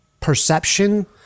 perception